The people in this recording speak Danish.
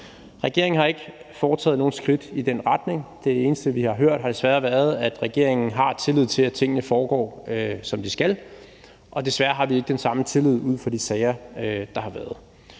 Regeringen har ikke foretaget nogen skridt i den retning. Desværre er det eneste, vi har hørt, at regeringen har tillid til, at tingene foregår, som de skal, og desværre har vi ikke den samme tillid ud fra de sager, der har været.